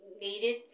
needed